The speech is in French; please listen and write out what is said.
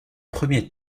premier